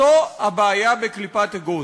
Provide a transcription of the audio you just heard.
זו הבעיה בקליפת אגוז.